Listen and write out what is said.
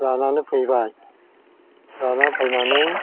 लानानै फैबाय लानानै फैनानै